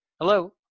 Hello